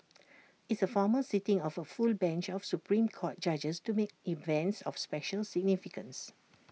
it's A formal sitting of A full bench of Supreme court judges to mark events of special significance